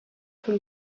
von